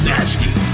Nasty